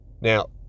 Now